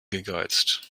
gegeizt